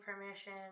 permission